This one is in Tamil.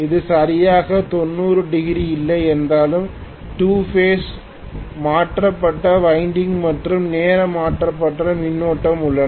இது சரியாக 90 டிகிரி இல்லை என்றாலும் 2 பேஸ் மாற்றப்பட்ட வைண்டிங் மற்றும் நேரம் மாற்றப்பட்ட மின்னோட்டம் உள்ளன